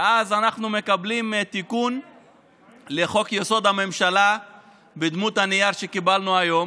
ואז אנחנו מקבלים תיקון לחוק-יסוד: הממשלה בדמות הנייר שקיבלנו היום,